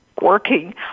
working